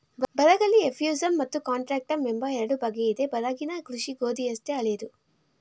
ಬರಗಲ್ಲಿ ಎಫ್ಯೂಸಮ್ ಮತ್ತು ಕಾಂಟ್ರಾಕ್ಟಮ್ ಎಂಬ ಎರಡು ಬಗೆಯಿದೆ ಬರಗಿನ ಕೃಷಿ ಗೋಧಿಯಷ್ಟೇ ಹಳೇದು